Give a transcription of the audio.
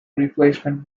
replacement